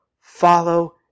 Follow